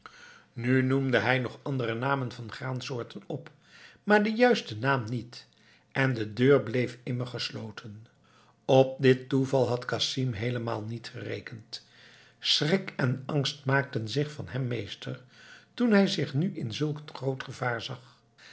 nu noemde hij nog andere namen van graansoorten op maar den juisten naam niet en de deur bleef immer gesloten op dit toeval had casim heelemaal niet gerekend schrik en angst maakten zich van hem meester toen hij zich nu in zulk n groot gevaar zag